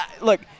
Look